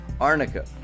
Arnica